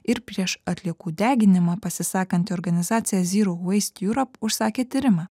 ir prieš atliekų deginimą pasisakanti organizacija zero waste europe užsakė tyrimą